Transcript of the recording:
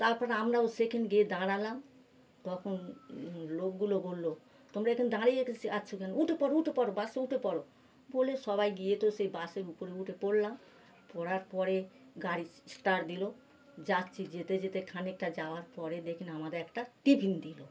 তারপর আমরাও সেখানে গিয়ে দাঁড়ালাম তখন লোকগুলো বলল তোমরা এখানে দাঁড়িয়ে আছ কেন উঠে পড়ো উঠে পড়ো বাসে উঠে পড়ো বলে সবাই গিয়ে তো সেই বাসের উপরে উঠে পড়লাম পড়ার পরে গাড়ি স্ স্টার্ট দিল যাচ্ছি যেতে যেতে খানিকটা যাওয়ার পরে দেখি না আমাদের একটা টিফিন দিল